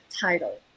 title